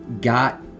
got